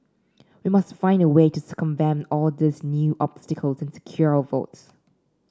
we must find a way to circumvent all these new obstacles and secure our votes